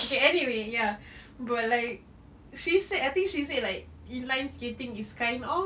okay anyway ya but like she said I think she said like inline skating is kind of